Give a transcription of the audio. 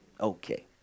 Okay